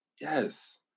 Yes